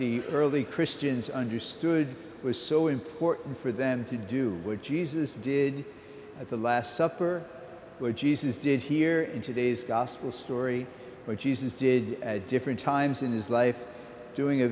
the early christians understood was so important for them to do with jesus did at the last supper where jesus did hear in today's gospel story where jesus did at different times in his life doing a